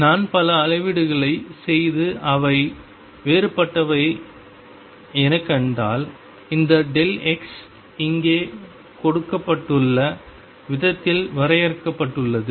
நான் பல அளவீடுகளைச் செய்து அவை வேறுபட்டவை எனக் கண்டால் இந்த x இங்கே கொடுக்கப்பட்டுள்ள விதத்தில் வரையறுக்கப்பட்டுள்ளது